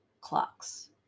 clocks